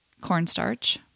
cornstarch